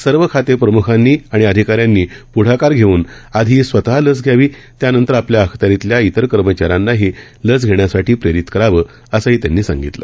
सर्व खाते प्रमुखांनी आणि अधिकाऱ्यांनी पुढाकार घेऊन आधी स्वतः लस घ्यावी त्यानंतर आपल्या अखत्यारीतल्या इतर कर्मचाऱ्यांनाही लस घेण्यासाठी प्रेरित करावं असंही त्यांनी सांगितलं